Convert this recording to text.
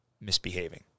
misbehaving